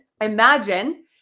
imagine